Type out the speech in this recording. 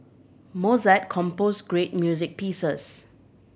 Mozart composed great music pieces